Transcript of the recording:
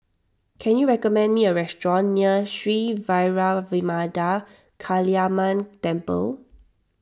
can you recommend me a restaurant near Sri Vairavimada Kaliamman Temple